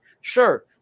Sure